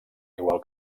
igual